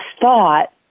thought